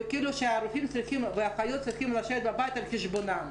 וכאילו שהאחיות צריכות לשבת בבית על חשבונם.